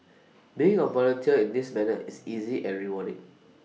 being A volunteer in this manner is easy and rewarding